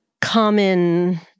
common